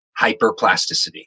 hyperplasticity